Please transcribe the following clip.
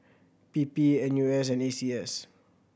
P P N U S and A C S